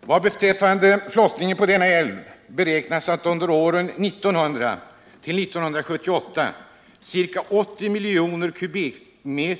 Vad beträffar flottningen på Ångermanälven beräknas det att under åren 1900-1978 ca 80 miljoner m?